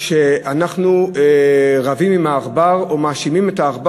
שאנחנו רבים עם העכבר או מאשימים את העכבר